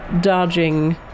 dodging